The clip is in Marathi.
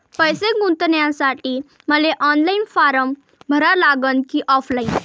पैसे गुंतन्यासाठी मले ऑनलाईन फारम भरा लागन की ऑफलाईन?